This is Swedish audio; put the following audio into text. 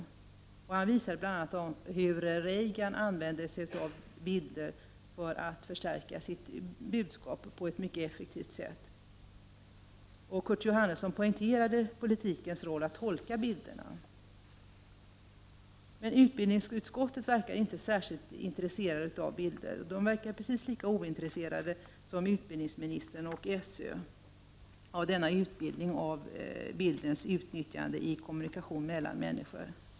81 Han visade bl.a. hur Reagan använde sig av bilder för att på ett mycket effektivt sätt förstärka sitt budskap. Kurt Johannesson poängterade att det är politikens roll att tolka bilderna. Men utbildningsutskottet verkar inte särskilt intresserat av bilder. Utskottet verkar precis lika ointresserat som utbildningsministern och SÖ av utbildningen om bildens utnyttjande i kommunikation mellan människor.